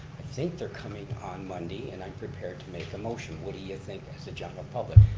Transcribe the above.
think they're coming on monday, and i'm prepared to make a motion, what do you think as the general public.